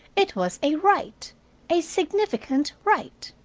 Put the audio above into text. it was a rite a significant rite.